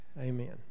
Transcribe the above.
Amen